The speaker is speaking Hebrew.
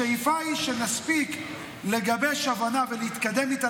השאיפה היא שנספיק לגבש הבנה ולהתקדם איתה